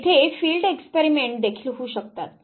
येथे field experiment देखील होऊ शकतात